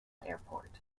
airport